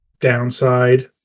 downside